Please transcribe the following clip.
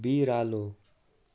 बिरालो